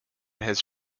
his